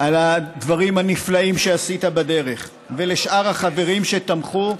על הדברים הנפלאים שעשית בדרך ולשאר החברים שתמכו,